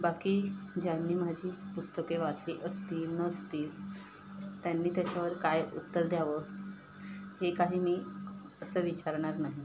बाकी ज्यांनी माझी पुस्तके वाचली असतील नसतील त्यांनी त्याच्यावर काय उत्तर द्यावं हे काही मी असं विचारणार नाही